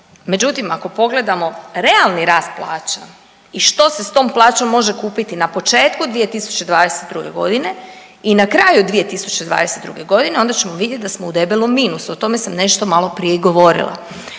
Međutim, ako pogledamo realni rast plaća i što se s tom plaćom može kupiti na početku 2022. g. i na kraju 2022. g., onda ćemo vidjeti da smo u debelom minusu, o tome sam nešto maloprije i govorila.